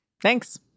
Thanks